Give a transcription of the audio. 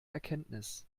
erkenntnis